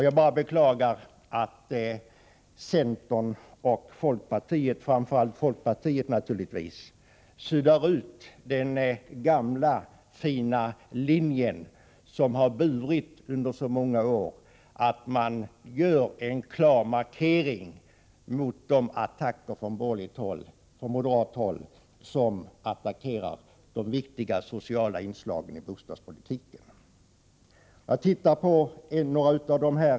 Jag bara beklagar att centern och folkpartiet — naturligtvis framför allt folkpartiet — suddar ut den gamla fina linje som har burit under så många år, om att göra en klar markering mot de attacker från moderat håll som gäller de viktiga sociala inslagen i bostadspolitiken.